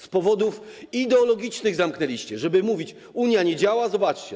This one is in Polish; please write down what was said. Z powodów ideologicznych zamknęliście, żeby mówić: Unia nie działa, zobaczcie.